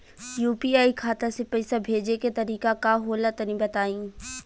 UPI खाता से पइसा भेजे के तरीका का होला तनि बताईं?